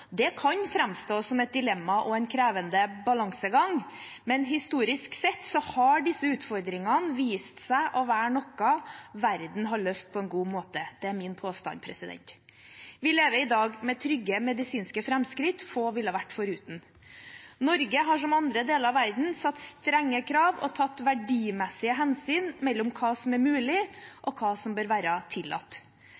Det kan framstå som et dilemma og en krevende balansegang, men historisk sett har disse utfordringene vist seg å være noe verden har løst på en god måte; det er min påstand. Vi lever i dag med trygge medisinske framskritt få ville ha vært foruten. Norge har, som andre deler av verden, satt strenge krav og tatt verdimessige hensyn knyttet til hva som er mulig,